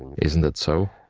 isn't that so?